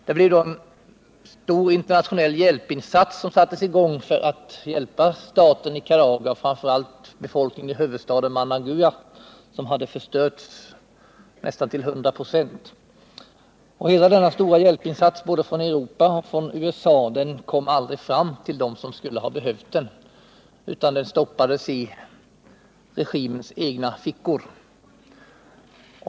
Då sattes en stor internationell hjälpaktion i gång för att hjälpa staten Nicaragua och framför allt befolkningen i huvudstaden Managua, som hade förstörts till nästan 100 96. Hela denna stora hjälpinsats från både Europa och USA kom aldrig fram till dem som skulle ha behövt den utan regimens företrädare stoppade medlen i egna fickor.